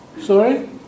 Sorry